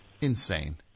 insane